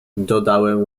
dodałem